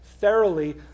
thoroughly